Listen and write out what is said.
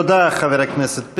תודה, חבר הכנסת פרי.